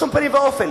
בשום פנים ואופן.